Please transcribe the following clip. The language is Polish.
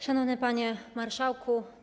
Szanowny Panie Marszałku!